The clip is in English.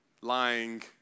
lying